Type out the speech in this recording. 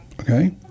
Okay